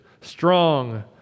strong